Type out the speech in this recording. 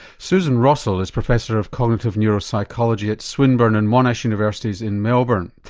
susan rossell is professor of cognitive neuropsychology at swinburne and monash universities in melbourne.